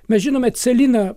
mes žinome celiną